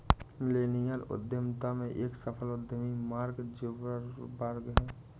millennial उद्यमिता के एक सफल उद्यमी मार्क जुकरबर्ग हैं